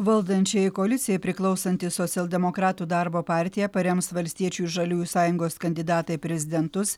valdančiajai koalicijai priklausanti socialdemokratų darbo partija parems valstiečių žaliųjų sąjungos kandidatą į prezidentus